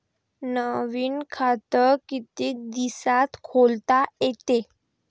नवीन खात कितीक दिसात खोलता येते?